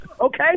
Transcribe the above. okay